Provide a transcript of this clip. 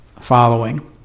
following